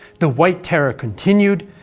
the white terror continued,